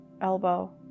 elbow